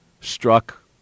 struck